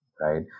Right